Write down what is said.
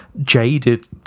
jaded